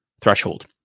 threshold